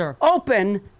open